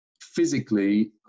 physically